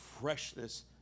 freshness